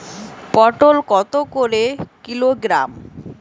পটল কত করে কিলোগ্রাম?